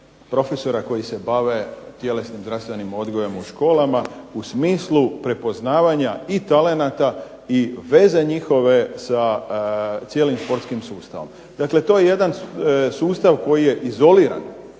profesora koji se bave tjelesnim zdravstvenim odgojem u školama u smislu prepoznavanja i talenata i veze njihove s cijelim sportskim sustavom. Dakle, to je jedan sustav koji je izoliran